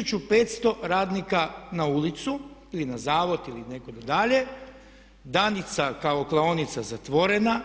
1500 radnika na ulicu ili na zavod ili nekud dalje, „Danica“ kao klaonica zatvorena,